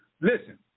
listen